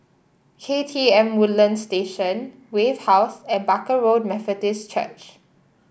K T M Woodlands Station Wave House and Barker Road Methodist Church